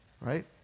Right